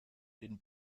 den